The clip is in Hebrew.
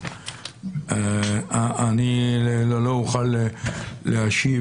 אני לא אוכל להשיב